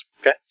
Okay